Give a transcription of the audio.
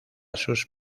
sus